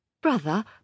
Brother